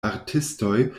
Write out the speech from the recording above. artistoj